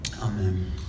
Amen